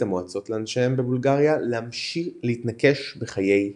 המועצות לאנשיהם בבולגריה להתנקש בחיי המלך.